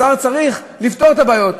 השר צריך לפתור את הבעיות.